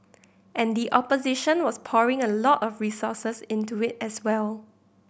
and the opposition was pouring a lot of resources into it as well